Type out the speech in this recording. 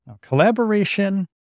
collaboration